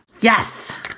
Yes